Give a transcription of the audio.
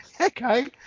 Okay